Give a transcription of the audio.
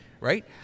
right